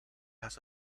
has